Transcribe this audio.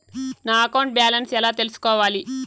నా account balance ఎలా తెల్సుకోవాలి